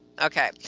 okay